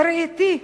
בראייתי,